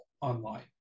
online